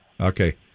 Okay